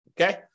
Okay